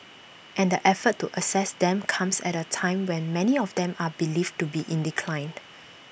and the effort to assess them comes at A time when many of them are believed to be in decline